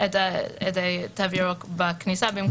את התו הירוק בכניסה במקום שזה יהיה בחנות.